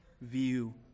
view